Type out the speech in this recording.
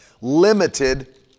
limited